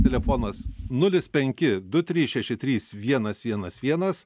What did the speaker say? telefonas nulis penki du trys šeši trys vienas vienas vienas